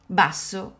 basso